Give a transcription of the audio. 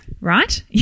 Right